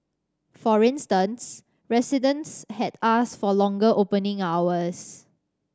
for instance residents had asked for longer opening hours